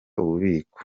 ububiko